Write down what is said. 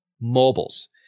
Mobiles